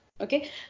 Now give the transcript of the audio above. Okay